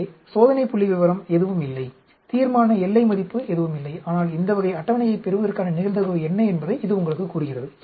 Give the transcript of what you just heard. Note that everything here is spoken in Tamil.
எனவே சோதனை புள்ளிவிவரம் எதுவும் இல்லை தீர்மான எல்லை மதிப்பு எதுவும் இல்லை ஆனால் இந்த வகை அட்டவணையைப் பெறுவதற்கான நிகழ்தகவு என்ன என்பதை இது உங்களுக்குக் கூறுகிறது